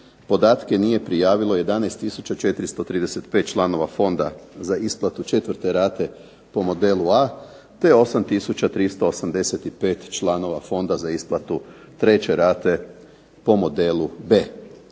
podatke nije prijavilo 11 tisuća 435 članova fonda za isplatu četvrte rate po modelu A te 8 tisuća 385 članova fonda za isplatu treće rate po modelu B.